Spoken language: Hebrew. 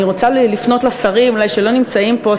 אני רוצה לפנות לשרים שלא נמצאים פה,